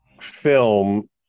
film